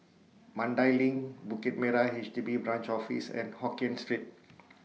Mandai LINK Bukit Merah H D B Branch Office and Hokkien Street